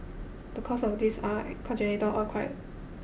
the cause of this are congenital or acquired